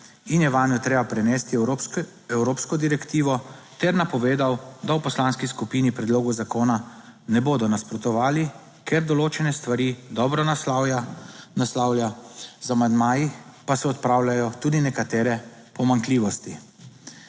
in je vanjo treba prenesti evropsko direktivo, ter napovedal, da v poslanski skupini predlogu zakona ne bodo nasprotovali, ker določene stvari dobro naslavja, naslavlja, z amandmaji pa se odpravljajo tudi nekatere pomanjkljivosti.